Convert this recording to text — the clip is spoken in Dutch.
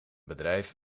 bedrijf